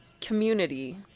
community